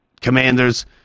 Commanders